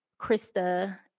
Krista